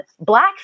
black